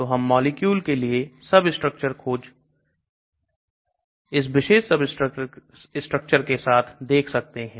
तो हम मॉलिक्यूल के लिए substructure खोज इस विशेष substructure के साथ देख सकते हैं